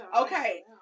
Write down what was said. okay